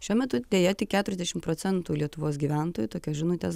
šiuo metu deja tik keturiasdešim procentų lietuvos gyventojų tokias žinutes